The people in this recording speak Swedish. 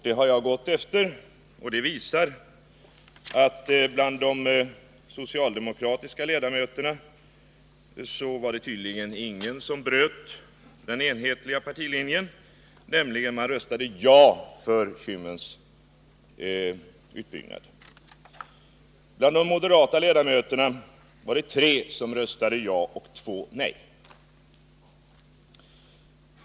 Det har jag gått efter, och det visar att bland de socialdemokratiska ledamöterna var det tydligen ingen som bröt den enhetliga partilinjen — man röstade för Kymmens utbyggnad. Bland de moderata ledamöterna var det tre som röstade ja och två som röstade nej.